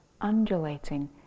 undulating